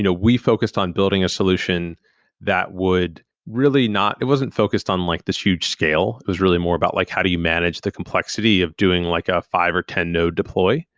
you know we focused on building a solution that would really not it wasn't focused on like this huge scale. it was really more about like how do you manage the complexity of doing like a five or ten node deploy.